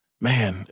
man